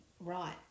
right